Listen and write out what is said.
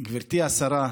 גברתי השרה,